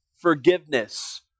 forgiveness